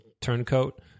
turncoat